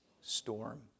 storm